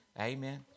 Amen